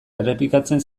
errepikatzen